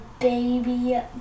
baby